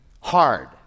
hard